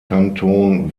kanton